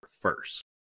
first